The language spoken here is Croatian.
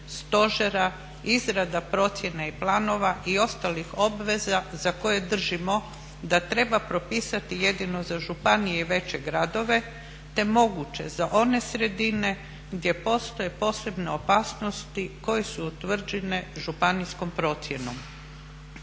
stožera, izrada procjene i planova i ostalih obveza za koje držimo da treba propisati jedino za županije i veće gradove te moguće za one sredine gdje postoje posebne opasnosti koje su utvrđene županijskom procjenom.